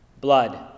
Blood